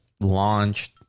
launched